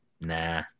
nah